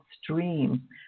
stream